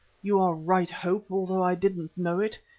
you are right, hope although i didn't know it,